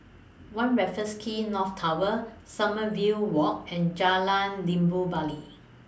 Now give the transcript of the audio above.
one Raffles Quay North Tower Sommerville Walk and Jalan Limau Bali